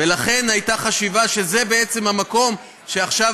ולכן הייתה חשיבה שזה בעצם המקום שעכשיו